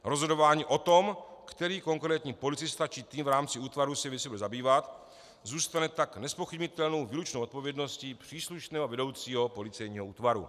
Rozhodování o tom, který konkrétní policista či tým v rámci útvaru se věcí bude zabývat, zůstane tak nezpochybnitelnou výlučnou odpovědností příslušného vedoucího policejního útvaru.